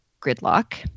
gridlock